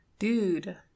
Dude